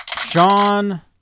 Sean